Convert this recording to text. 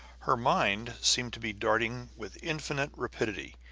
her mind seemed to be darting with infinite rapidity,